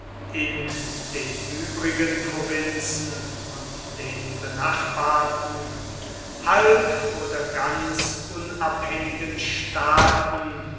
in den übrigen provinzen und den benachbarten halb oder ganz unabhängigen staaten